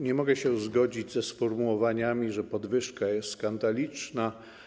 Nie mogę się zgodzić ze sformułowaniami, że podwyżka jest skandaliczna.